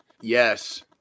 yes